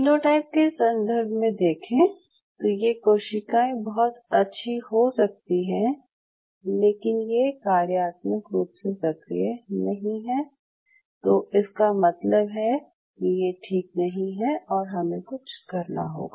phenotype के सन्दर्भ में देखें तो ये कोशिकाएं बहुत अच्छी हो सकती हैं लेकिन यदि ये कार्यात्मक रूप से सक्रिय नहीं हैं तो इसका मतलब है कि ये ठीक नहीं है और हमें कुछ करना होगा